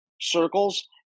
circles